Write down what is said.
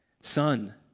Son